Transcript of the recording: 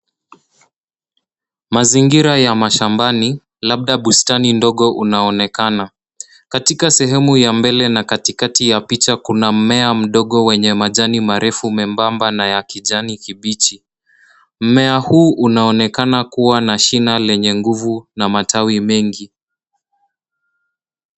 Mazingira ya mashambani labda bustani ndogo unaonekana. Katika sehemu ya mbele na katikati ya picha kuna mmea mdogo wenye majani marefu membamba na ya kijani kibichi. Mmea huu unaonekana kuwa shina lenye nguvu na matawi mengi.